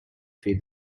feed